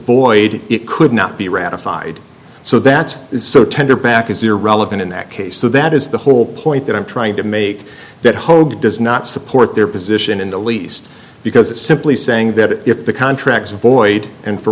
void it could not be ratified so that's so tender back is irrelevant in that case so that is the whole point that i'm trying to make that hold does not support their position in the least because it's simply saying that if the contracts void and for